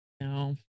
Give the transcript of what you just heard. No